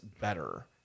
better